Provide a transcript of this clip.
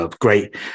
great